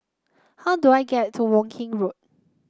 how do I get to Woking Road